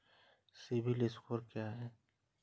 CIBIL score क्या है?